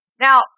Now